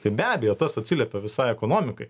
tai be abejo tas atsiliepia visai ekonomikai